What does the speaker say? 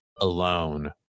alone